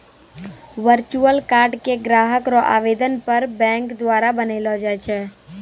virtual card के ग्राहक रो आवेदन पर बैंक द्वारा बनैलो जाय छै